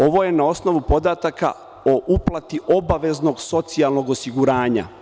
Ovo je na osnovu podataka o uplati obaveznog socijalnog osiguranja.